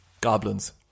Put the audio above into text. goblins